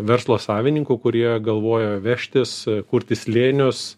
verslo savininkų kurie galvoja vežtis kurti slėnius